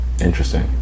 interesting